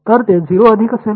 तर ते 0 अधिक असेल